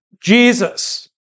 Jesus